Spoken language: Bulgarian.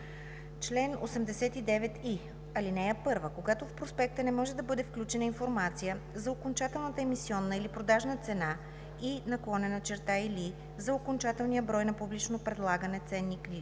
Чл. 89и. (1) Когато в проспекта не може да бъде включена информация за окончателната емисионна или продажна цена и/или за окончателния брой на публично предлаганите ценни